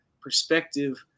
perspective